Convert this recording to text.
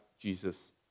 Jesus